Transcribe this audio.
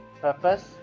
purpose